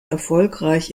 erfolgreich